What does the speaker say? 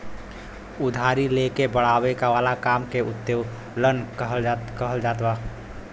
उधारी ले के बड़ावे वाला काम के उत्तोलन कहल जाला